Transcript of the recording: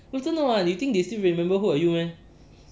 no 真的 [what] you think they still remember who are you meh